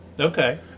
okay